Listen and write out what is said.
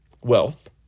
Wealth